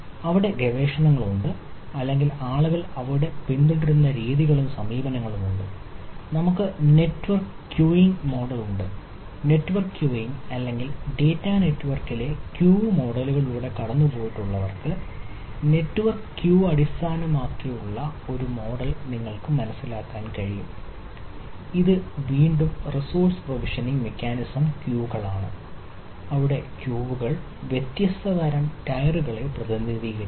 അവിടെ ഗവേഷണങ്ങളുണ്ട് അല്ലെങ്കിൽ ആളുകൾ അവിടെ പിന്തുടരുന്ന രീതികളും സമീപനങ്ങളും ഉണ്ട് നമ്മൾക്ക് നെറ്റ്വർക്ക് ക്യൂയിംഗ് മോഡൽ പ്രതിനിധീകരിക്കുന്നു